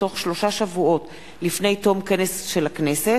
בתוך שלושה שבועות לפני תום כנס של הכנסת,